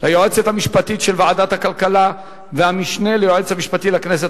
היועצת המשפטית של ועדת הכלכלה והמשנה ליועץ המשפטי לכנסת,